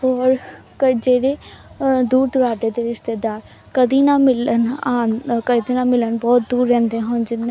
ਔਰ ਕਈ ਜਿਹੜੇ ਦੂਰ ਦੁਰਾਡੇ ਦੇ ਰਿਸ਼ਤੇਦਾਰ ਕਦੀ ਨਾ ਮਿਲਣ ਆਉਣ ਕਦੇ ਨਾ ਮਿਲਣ ਬਹੁਤ ਦੂਰ ਰਹਿੰਦੇ ਹੋਣ ਜਿਨ